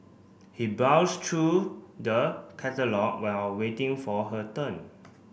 he browsed through the catalogue while waiting for her turn